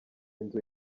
inzu